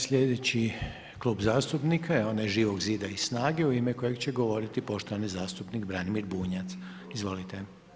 Slijedeći Klub zastupnika je onaj Živog zida i SNAGA-e u ime kojega će govoriti poštovani zastupnik Branimir Bunjac, izvolite.